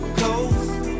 coast